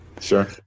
Sure